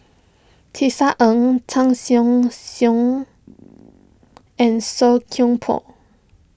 Tisa Ng Tan Seong Seong and Song Koon Poh